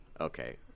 okay